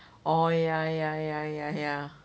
orh ya ya ya ya ya